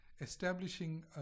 establishing